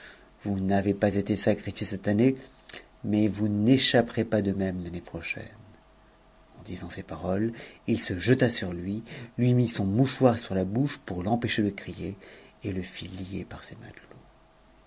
vous n'avez pas été sacrifié cette année mais vous n'échapperez pas de même ta ocjiaiue eu disant ces paroles il se jeta sur lui lui mit son mouchoir sur la bouche pour l'empêcher de crier et le fit lierpar ses matelots